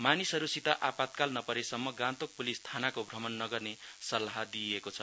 मामिलाहरुसित आपातकाल नपरेसम्म गान्तोक पुलिस थानाको भ्रमण नगर्ने सल्लाह दिइएको छ